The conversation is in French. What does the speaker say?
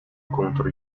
contre